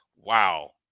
Wow